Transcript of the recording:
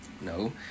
No